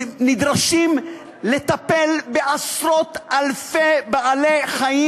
שנדרשים לטפל בעשרות-אלפי בעלי-חיים